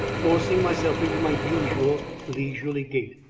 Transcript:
forcing myself into my usual leisurely gait,